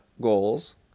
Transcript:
goals